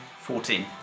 Fourteen